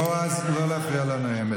בועז, לא להפריע לנואמת.